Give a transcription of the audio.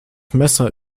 messer